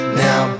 now